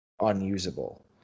unusable